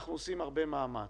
ו"אנחנו עושים הרבה מאמץ".